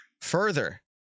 further